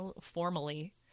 formally